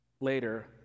later